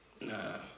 Nah